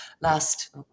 last